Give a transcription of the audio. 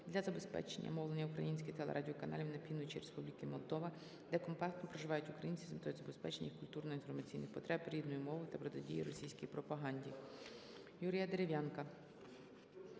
для забезпечення мовлення українських телерадіоканалів на півночі Республіки Молдова, де компактно проживають українці, з метою забезпечення їх культурно-інформаційних потреб рідною мовою та протидії російській пропаганді.